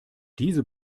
diese